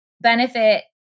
benefit